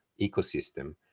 ecosystem